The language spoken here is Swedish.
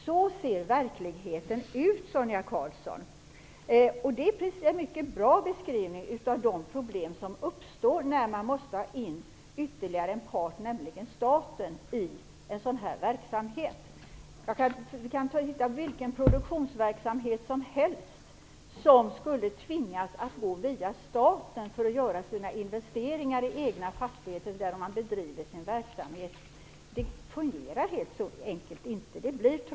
Så ser verkligheten ut, Sonia Karlsson. Och det är en mycket bra beskrivning av de problem som uppstår när man måste ta in ytterligare en part, nämligen staten, i en sådan verksamhet. Om vilken produktionsverksamhet som helst skulle tvingas att gå via staten för att göra sina investeringar i egna fastigheter där man bedriver sin verksamhet skulle vi se att det helt enkelt inte fungerar.